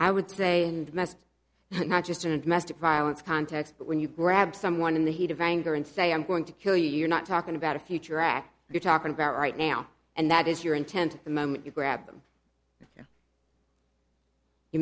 i would say and messed not just in a domestic violence context but when you grab someone in the heat of anger and say i'm going to kill you you're not talking about a future act you're talking about right now and that is your intent the moment you grab